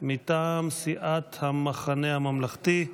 מטעם סיעת המחנה הממלכתי.